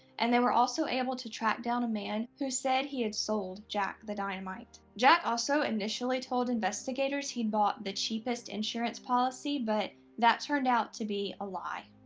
and they were also able to track down a man who said he had sold jack the dynamite. jack also initially told investigators he'd bought the cheapest insurance policies but that turned out to be a lie.